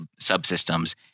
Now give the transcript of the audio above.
subsystems